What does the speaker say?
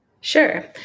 Sure